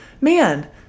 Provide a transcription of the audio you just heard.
man